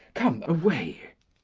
come, away!